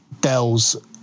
Dell's